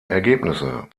ergebnisse